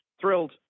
Thrilled